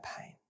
pain